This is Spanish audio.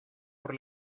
por